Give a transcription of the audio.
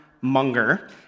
Munger